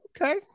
Okay